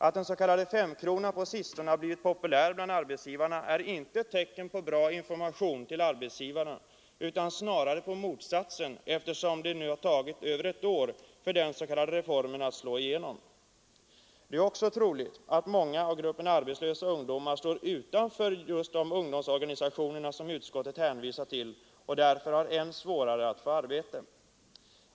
Att den s.k. femkronan på sistone har blivit populär bland arbetsgivarna är inte ett tecken på bra information till arbetsgivarna utan snarare ett tecken på motsatsen, eftersom det nu tagit över ett år för den s.k. reformen att slå igenom. Det är också troligt att många i gruppen arbetslösa ungdomar står utanför ungdomsorganisationerna och därför har än svårare att få arbete.